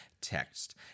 Text